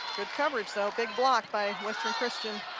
good coverage though, big block by western christian